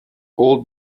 old